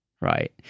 Right